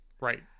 Right